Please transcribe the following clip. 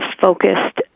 focused